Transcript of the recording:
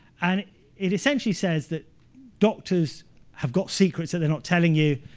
and it essentially says that doctors have got secrets that they're not telling you.